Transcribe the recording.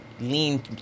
Lean